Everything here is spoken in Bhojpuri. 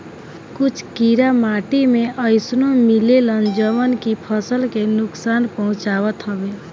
कुछ कीड़ा माटी में अइसनो मिलेलन जवन की फसल के नुकसान पहुँचावत हवे